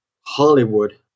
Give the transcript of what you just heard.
Hollywood